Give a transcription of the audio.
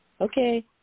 Okay